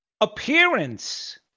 appearance